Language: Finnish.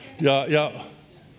ja